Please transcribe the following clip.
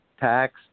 tax